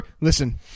Listen